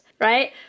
Right